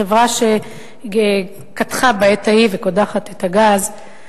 החברה שקדחה בעת ההיא וקודחת את הגז,